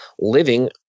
living